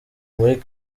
muri